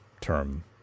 term